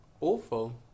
awful